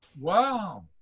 Wow